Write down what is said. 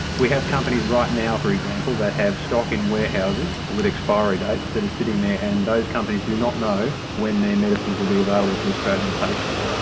we have companies right now, for example, that have stock in warehouses with expiry dates, that is sitting there and those companies do not know when their medicines will be available to australian patients.